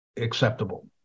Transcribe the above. acceptable